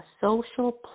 social